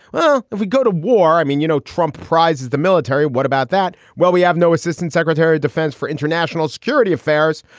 but if we go to war, i mean, you know, trump prizes the military. what about that? well, we have no assistant secretary of defense for international security affairs.